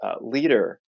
leader